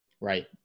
right